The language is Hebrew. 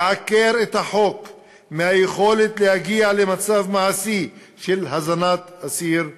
לעקר את החוק מהיכולת להגיע למצב מעשי של הזנת אסיר בכוח,